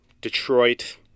Detroit